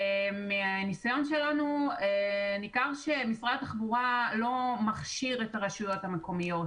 מהניסיון שלנו ניכר שמשרד התחבורה לא מכשיר את הרשויות המקומיות